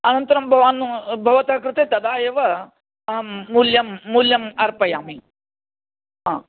अनन्तरं भवान् भवतः कृते तदा एव अहं मूल्यं मूल्यम् अर्पयामि आम्